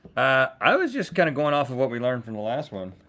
i was just kinda going off of what we learned from the last one.